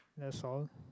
that's all